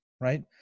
right